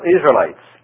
Israelites